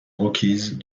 rockies